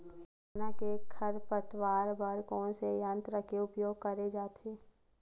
चना के खरपतवार बर कोन से यंत्र के उपयोग करे जाथे?